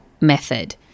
method